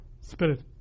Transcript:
spirit